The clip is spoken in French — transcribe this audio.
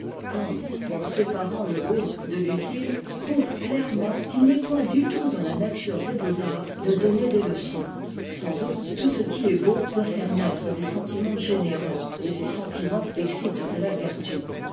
en séparant le beau de i'uti e prouve clairement qu'il n'est point du tout dans la nature des beaux-arts de donner des lecons sans doute tout ce qui est beau doit faire naître des sentiments généreux et ces sentiments excitent à la vertu